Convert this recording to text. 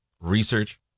research